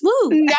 Woo